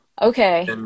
Okay